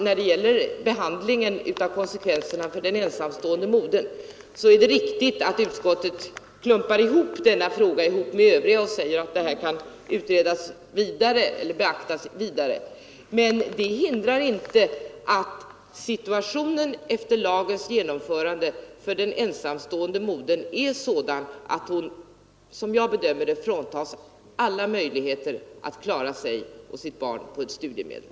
När det gäller konsekvenserna för den ensamstående modern är det viktigt att observera att utskottet klumpar ihop denna fråga med övriga och säger att detta kan beaktas vidare. Men det hindrar inte att situationen, efter lagens genomförande, för den ensamstående modern är sådan att hon, som jag bedömer det, fråntas alla möjligheter att klara sig och sitt barn på enbart studiemedel.